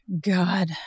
God